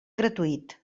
gratuït